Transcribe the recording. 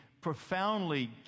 profoundly